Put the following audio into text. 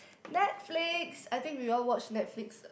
Netflix I think we all watch Netflix